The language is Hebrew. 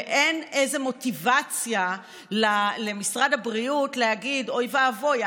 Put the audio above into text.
ואין איזו מוטיבציה למשרד הבריאות להגיד: אוי ואבוי,